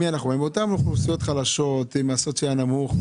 אל אותן אוכלוסיות חלשות ממעמד סוציו-אקונומי נמוך.